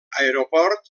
aeroport